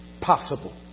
possible